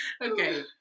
okay